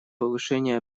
повышение